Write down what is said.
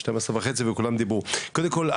קודם כל,